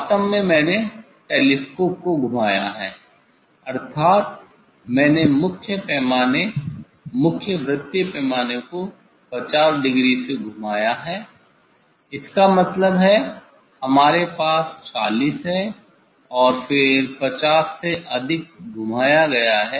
वास्तव में मैंने टेलीस्कोप को घुमाया है अर्थात मैंने मुख्य पैमाने मुख्य वृतीय पैमाने को 50 डिग्री से घुमाया है इसका मतलब है हमारे पास 40 है और फिर 50 से अधिक घुमाया गया है